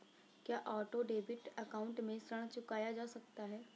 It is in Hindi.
क्या ऑटो डेबिट अकाउंट से ऋण चुकाया जा सकता है?